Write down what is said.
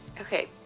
Okay